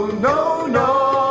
no, no,